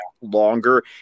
longer